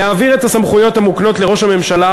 להעביר את הסמכויות המוקנות לראש הממשלה